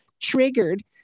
triggered